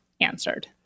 answered